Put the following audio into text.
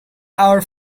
our